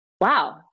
wow